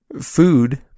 food